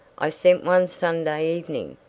i sent one sunday evening,